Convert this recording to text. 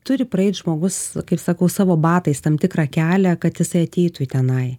turi praeit žmogus kaip sakau savo batais tam tikrą kelią kad jisai ateitų tenai